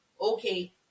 okay